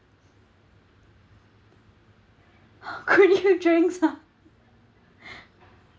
!huh! could you drinks ah